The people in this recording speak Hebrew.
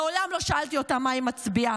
מעולם לא שאלתי אותה מה היא מצביעה,